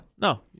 No